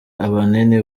ahanini